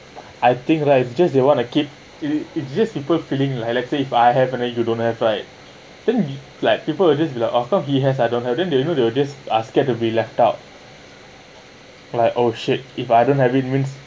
I think right it just they want to keep it it just people feeling like let's say if I have and then you don't have right then you like people will just be like oh how come he have he has I don't have then they will know the they are scared to be left out like oh shit if I don't have it means